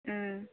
ꯎꯝ